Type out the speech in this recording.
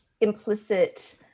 implicit